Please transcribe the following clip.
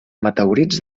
meteorits